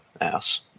ass